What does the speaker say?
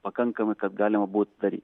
pakankamai kad galima būtų daryt